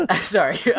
sorry